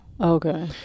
Okay